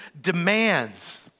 demands